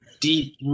deep